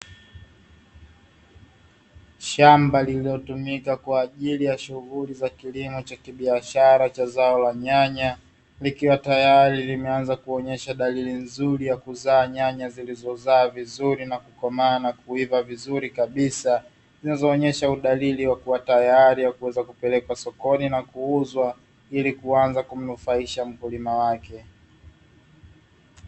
Shamba lililotumika kwa ajili ya shughuli za kilimo cha kibiashara cha zao la nyanya likiwa tayari limeanza kuonyesha dalili nzuri ya kuzaa, nyanya zilizozaa vizuri na kukomaa na kuivaa vizuri kabisa zinazoonyesha udalili wa kuwa tayari kuweza kupelekwa sokoni na kuuzwa ili kuanza kumnufaisha mkulima wake.